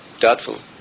doubtful